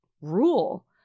rule